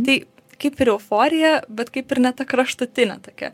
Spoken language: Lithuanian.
tai kaip ir euforija bet kaip ir ne ta kraštutinė tokia